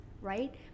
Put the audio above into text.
right